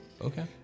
Okay